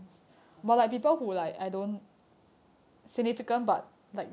okay